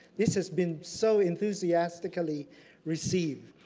this has been so enthusiastically received,